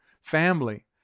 family